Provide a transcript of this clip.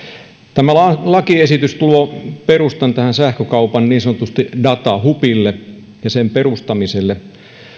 tämä lakiesitys luo perustan tälle sähkökaupan niin sanotulle datahubille ja sen perustamiselle